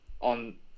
on